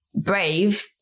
brave